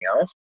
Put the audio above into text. else